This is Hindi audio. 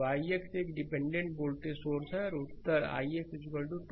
तो ix एक डिपेंडेंट वोल्टेज सोर्स है और उत्तर ix 231 एम्पीयर दिया गया है